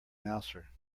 mouser